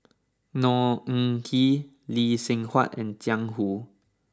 Khor Ean Ghee Lee Seng Huat and Jiang Hu